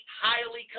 highly